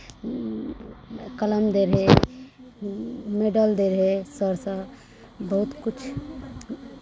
कलम दै रहै मेडल दै रहै सरसभ बहुत किछु